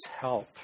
help